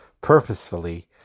purposefully